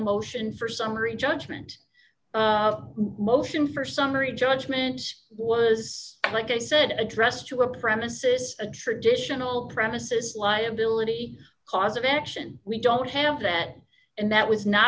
motion for summary judgment motion for summary judgment was like a set addressed to a premises a traditional premises liability cause of action we don't have that and that was not